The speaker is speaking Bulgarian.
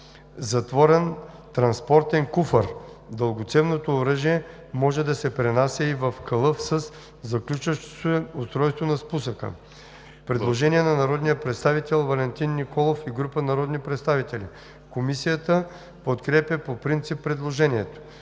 затворен транспортен куфар. Дългоцевното оръжие може да се пренася и в калъф със заключващо устройство на спусъка.“ Предложение от народния представител Валентин Николов и група народни представители, което е подкрепено по принцип от Комисията.